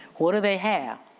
what do they have?